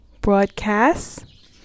broadcast